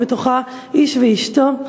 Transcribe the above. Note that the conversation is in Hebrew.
ובתוכה איש ואשתו,